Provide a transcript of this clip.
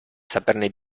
saperne